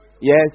Yes